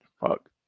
Fuck